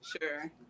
sure